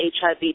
HIV